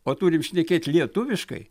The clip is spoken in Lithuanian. o turim šnekėt lietuviškai